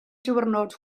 diwrnod